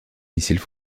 missiles